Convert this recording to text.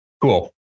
Cool